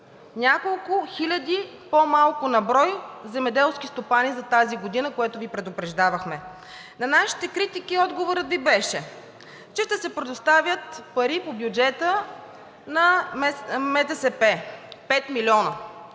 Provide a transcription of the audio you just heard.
Няколко хиляди по-малко на брой земеделски стопани за тази година, което Ви предупреждавахме. На нашите критики отговорът Ви беше, че ще се предоставят пари по бюджета на МТСП – 5 милиона,